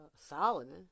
Solomon